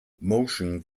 motion